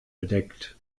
bedeckt